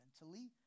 mentally